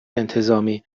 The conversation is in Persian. انتظامی